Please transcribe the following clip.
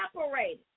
separated